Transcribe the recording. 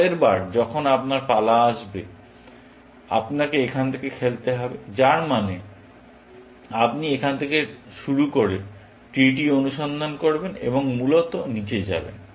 পরের বার যখন আপনার পালা আসবে আপনাকে এখান থেকে খেলতে হবে যার মানে আপনি এখান থেকে শুরু করে ট্রি টি অনুসন্ধান করবেন এবং মূলত নিচে যাবেন